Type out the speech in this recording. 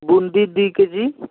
ବୁନ୍ଦି ଦୁଇ କେଜି